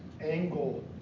angle